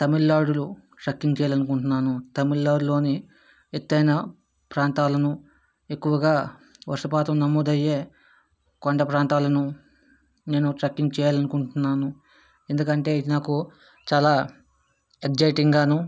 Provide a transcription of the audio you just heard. తమిళనాడులో ట్రక్కింగ్ చేయాలనుకుంటున్నాను తమిళనాడులోని ఎత్తైన ప్రాంతాలను ఎక్కువగా వర్షపాతం నమోదయ్యే కొండ ప్రాంతాలను నేను ట్రక్కింగ్ చేయాలనుకుంటున్నాను ఎందుకంటే ఇది నాకు చాలా ఎక్సయిటింగ్గాను